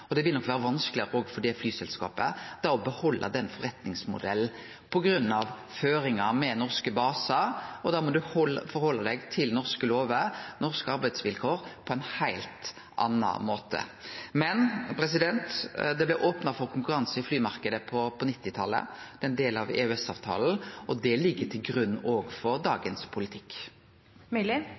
og det vil nok vere vanskeleg òg for det flyselskapet å behalde den forretningsmodellen, på grunn av føringar med norske basar. Da må ein halde seg til norske lover og norske arbeidsvilkår på ein heilt annan måte. Det blei opna for konkurranse i flymarknaden på 1990-talet som ein del av EØS-avtalen. Det ligg til grunn òg for dagens politikk.